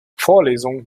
vorlesungen